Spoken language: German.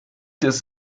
des